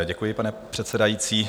Děkuji, pane předsedající.